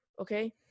okay